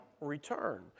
return